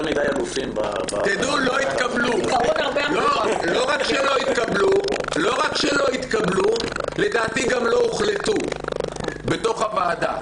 לא רק שלא התקבלו אלא לדעתי גם לא הוחלטו בתוך הוועדה.